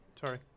Sorry